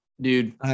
Dude